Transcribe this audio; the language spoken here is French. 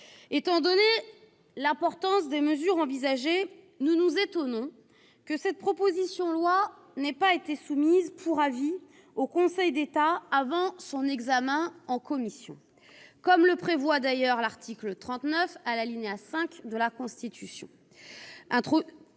Étant donné l'importance des mesures envisagées, nous nous étonnons que cette proposition de loi n'ait pas été soumise pour avis au Conseil d'État avant son examen en commission, comme le prévoit l'article 39, alinéa 5, de la Constitution,